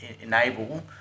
enable